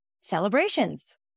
celebrations